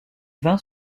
vin